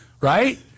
right